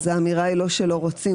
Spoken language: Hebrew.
אז האמירה לא שלא רוצים,